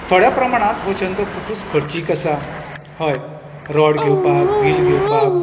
थोड्या प्रमाणांत हो छंद खुबूच खरचीक आसा हय रॉड घेवपाक वील घेवपाक